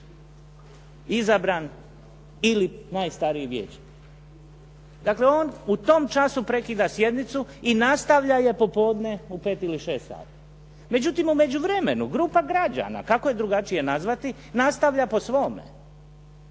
izabran ili najstariji vijećnik. Dakle, on u tom času prekida sjednicu i nastavlja je popodne u pet ili šest sati. Međutim, u međuvremenu grupa građana kako je drugačije nazvati nastavlja po svome